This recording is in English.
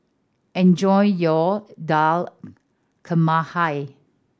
enjoy your Dal Makhani